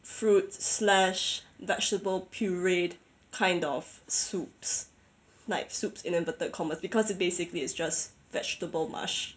fruits slash vegetable pureed kind of soups like soups in inverted commas because basically it's just vegetable mush